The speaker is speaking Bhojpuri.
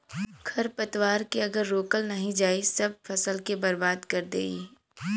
खरपतवार के अगर रोकल नाही जाई सब फसल के बर्बाद कर देई